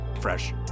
fresh